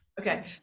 Okay